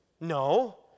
no